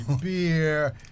beer